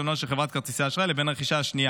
הראשונה של חברת כרטיסי אשראי לבין הרכישה השנייה.